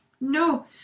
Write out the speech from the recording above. No